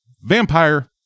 Vampire